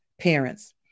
parents